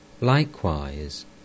Likewise